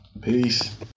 Peace